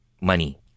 money